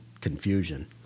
confusion